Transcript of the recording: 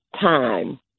time